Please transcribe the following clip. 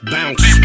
Bounce